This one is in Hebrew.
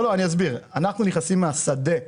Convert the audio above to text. אנחנו נכנסים מהשדה,